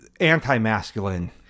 anti-masculine